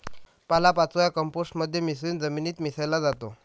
पालापाचोळा कंपोस्ट मध्ये मिसळून जमिनीत मिसळला जातो